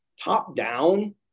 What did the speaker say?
top-down